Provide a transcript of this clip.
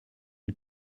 une